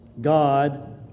God